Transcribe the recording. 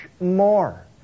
more